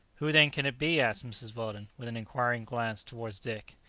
who, then, can it be? asked mrs. weldon, with an inquiring glance towards dick.